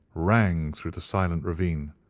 rang through the silent ravine.